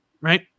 right